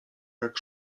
jak